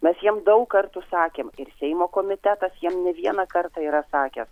mes jiem daug kartų sakėm ir seimo komitetas jau ne vieną kartą yra sakęs